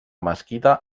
mesquita